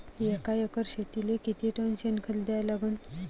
एका एकर शेतीले किती टन शेन खत द्या लागन?